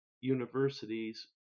universities